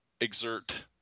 exert